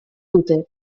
dute